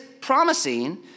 promising